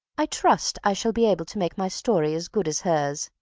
i trust i shall be able to make my story as good as hers.